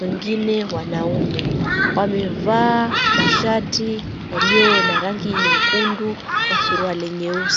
wengine wanaume, wamevaa mashati yaliyo na rangi nyekundu na suruali nyeusi.